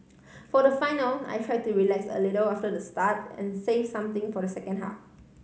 for the final I try to relax a little after the start and save something for the second half